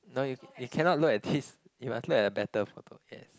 no you you cannot look at this you must look at a better photo yes